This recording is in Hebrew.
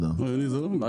מדיי.